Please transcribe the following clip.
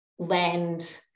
land